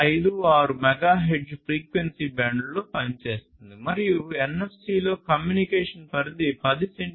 56 MHz frequency బ్యాండ్లో పనిచేస్తుంది మరియు NFC లో కమ్యూనికేషన్ పరిధి 10 సెం